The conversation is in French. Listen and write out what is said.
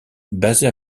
basée